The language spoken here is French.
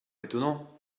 étonnant